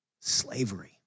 Slavery